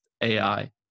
AI